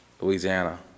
Louisiana